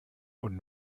und